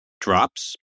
drops